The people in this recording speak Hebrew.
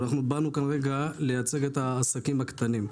באנו כרגע לייצג את העסקים הקטנים.